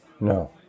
No